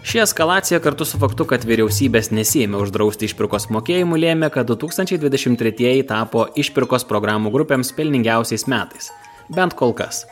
ši eskalacija kartu su faktu kad vyriausybės nesiėmė uždrausti išpirkos mokėjimų lėmė kad du tūkstančiai dvidešimt tretieji tapo išpirkos programų grupėms pelningiausiais metais bent kol kas